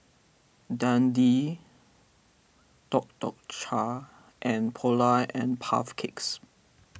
Dundee Tuk Tuk Cha and Polar and Puff Cakes